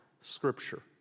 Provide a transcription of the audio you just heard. scripture